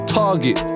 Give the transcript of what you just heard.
target